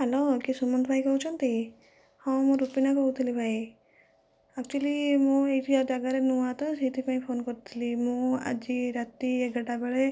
hello କିଏ ସୁମନ୍ତ ଭାଇ କହୁଛନ୍ତି ହଁ ମୁଁ ରୁପିନା କହୁଥିଲି ଭାଇ ଆକଚୁଲି ମୁଁ ଏହିଠିକା ଯାଗାରେ ନୁଆ ତ ସେହିଥିପାଇଁ ଫୋନ କରିଥିଲି ମୁଁ ଆଜି ରାତି ଏଗାରଟା ବେଳେ